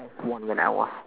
S one